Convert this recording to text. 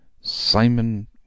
Simon